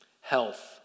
Health